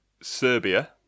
Serbia